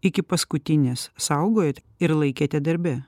iki paskutinės saugojot ir laikėte darbe